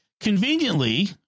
conveniently